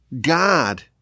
God